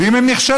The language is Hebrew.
אם הם נכשלים,